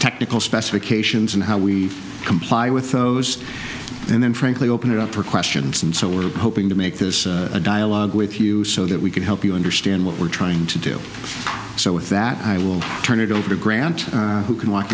technical specifications and how we comply with those and then frankly open it up for questions and so we're hoping to make this a dialogue with you so that we can help you understand what we're trying to do so with that i will turn it over to grant who can wa